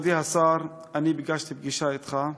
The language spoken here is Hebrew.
מכובדי השר, ביקשתי פגישה אתך.